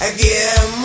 Again